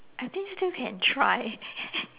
I think still can try